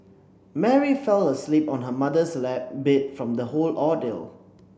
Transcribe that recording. Mary fell asleep on her mother's lap beat from the whole ordeal